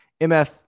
MF